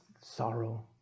sorrow